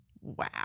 Wow